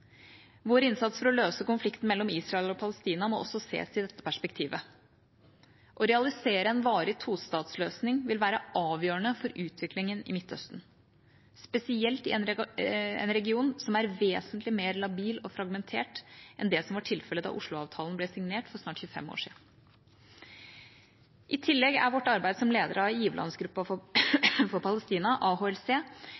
Vår innsats for å løse konflikten mellom Israel og Palestina må også sees i dette perspektivet. Å realisere en varig tostatsløsning vil være avgjørende for utviklingen i Midtøsten, spesielt i en region som er vesentlig mer labil og fragmentert enn det som var tilfellet da Oslo-avtalen ble signert for snart 25 år siden. I tillegg er vårt arbeid som leder av giverlandsgruppen for